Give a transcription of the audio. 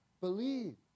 believe